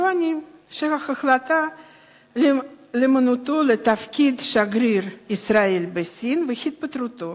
טוענים שההחלטה למנותו לתפקיד שגריר ישראל בסין והתפטרותו